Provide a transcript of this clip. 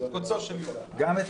בקוצו של יוד.